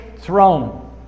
throne